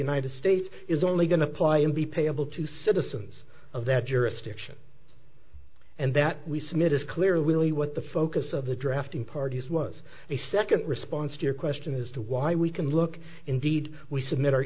united states is only going to apply and be payable to citizens of that jurisdiction and that we submit is clearly what the focus of the drafting parties was a second response to your question as to why we can look indeed we submit